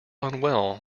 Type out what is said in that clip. unwell